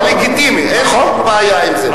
בהחלט, זה לגיטימי, אין לי שום בעיה עם זה.